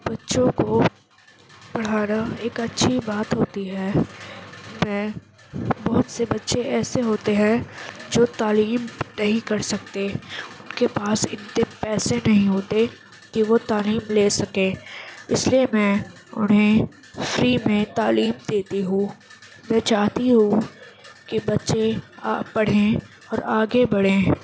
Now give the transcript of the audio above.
بچوں کو پڑھانا ایک اچھی بات ہوتی ہے میں بہت سے بچے ایسے ہوتے ہیں جو تعلیم نہیں کر سکتے ان کے پاس اتنے پیسے نہیں ہوتے کہ وہ تعلیم لے سکیں اس لیے میں انہیں فری میں تعلیم دیتی ہوں میں چاہتی ہوں کہ بچے آ پڑھیں اور آگے بڑھیں